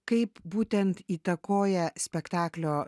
kaip būtent įtakoja spektaklio